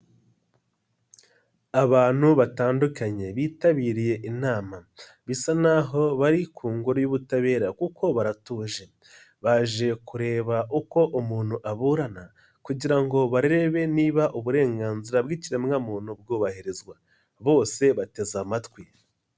Abantu batandukanye bitabiriye inama bisa naho bari ku ngoro y'ubutabera kuko baratuje baje, kureba uko umuntu aburana kugira ngo barebe niba uburenganzira bw'ikiremwamuntu bwubahirizwa, bose bateze amatwi.